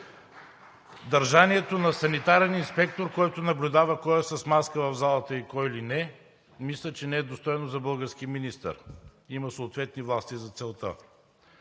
Държанието на санитарен инспектор, който наблюдава кой е с маска в залата и кой не, мисля, че не е достоен за български министър. Има съответни власти за целта.